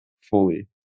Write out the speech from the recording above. fully